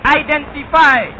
identify